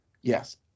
Yes